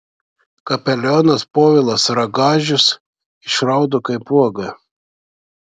kapelionas povilas ragažius išraudo kaip uoga